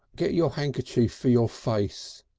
get your handkerchief for your face,